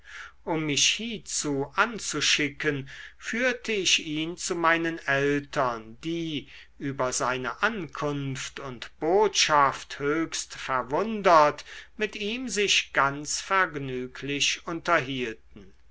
um mich hiezu anzuschicken führte ich ihn zu meinen eltern die über seine ankunft und botschaft höchst verwundert mit ihm sich ganz vergnüglich unterhielten